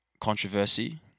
controversy